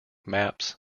maps